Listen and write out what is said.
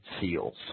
seals